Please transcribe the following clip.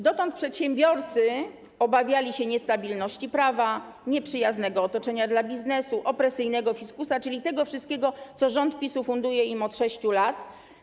Dotąd przedsiębiorcy obawiali się niestabilności prawa, nieprzyjaznego otoczenia dla biznesu, opresyjnego fiskusa, czyli tego wszystkiego, co rząd PiS-u funduje im od 6 lat.